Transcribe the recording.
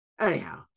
Anyhow